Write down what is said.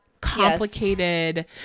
complicated